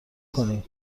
کنی